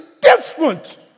different